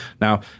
Now